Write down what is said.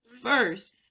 first